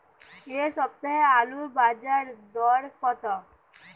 এ সপ্তাহে আলুর বাজার দর কত?